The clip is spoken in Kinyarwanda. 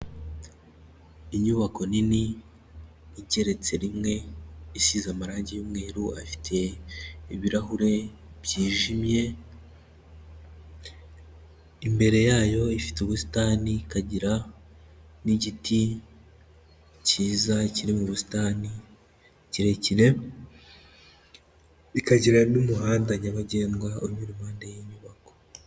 Inyubako nini igeretse rimwe, isize amarangi y'umweru afite ibirahure byijimye, imbere yayo ifite ubusitani, ikagira n'igiti cyiza kiri mu busitani kirekire, ikagira n'umuhanda nyabagendwa unyura iruhande ry'inyubako.